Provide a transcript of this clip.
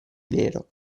nero